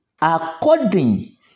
according